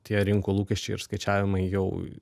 tie rinkų lūkesčiai ir skaičiavimai jau